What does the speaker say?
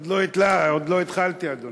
עוד לא התחלתי, אדוני.